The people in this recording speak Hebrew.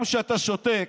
גם כשאתה שותק,